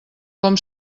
com